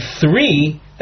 three